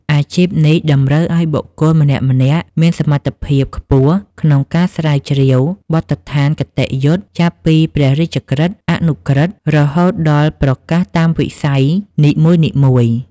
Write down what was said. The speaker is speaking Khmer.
អាជីពនេះតម្រូវឱ្យបុគ្គលម្នាក់ៗមានសមត្ថភាពខ្ពស់ក្នុងការស្រាវជ្រាវបទដ្ឋានគតិយុត្តិ ចាប់ពីព្រះរាជក្រឹត្យ អនុក្រឹត្យ រហូតដល់ប្រកាសតាមវិស័យនីមួយៗ។